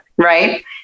Right